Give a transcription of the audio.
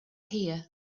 here